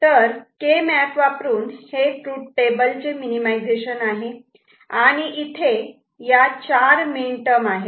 तर केमॅप वापरून हे ट्रूथ टेबल चे मिनिमिझेशन आहे आणि इथे या चार मिन टर्म आहेत